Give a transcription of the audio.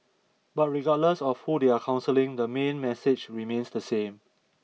but regardless of who they are counselling the main message remains the same